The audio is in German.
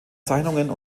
zeichnungen